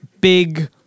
big